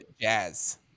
Jazz